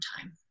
time